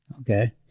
Okay